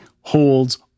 holds